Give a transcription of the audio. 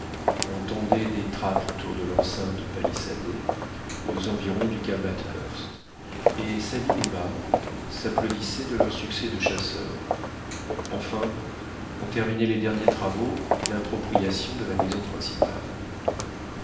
on tendait des trappes autour de l'enceinte palissadée aux environs du cap bathurst et sabine et marbre s'applaudissaient de leurs succès de chasseurs enfin on terminait les derniers travaux d'appropriation de la maison principale